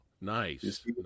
Nice